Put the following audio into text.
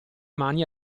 mani